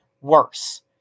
worse